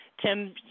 Tim